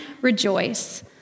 Rejoice